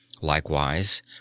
Likewise